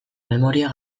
memoria